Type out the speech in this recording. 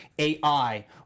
AI